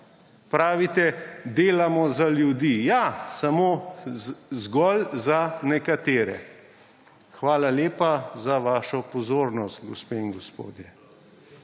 Pravite – delamo za ljudi. Ja, samo zgolj za nekatere. Hvala lepa za vašo pozornost, gospe in gospodje.